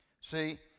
See